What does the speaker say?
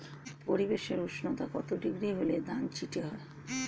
পরিবেশের উষ্ণতা কত ডিগ্রি হলে ধান চিটে হয়?